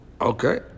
Okay